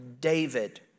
David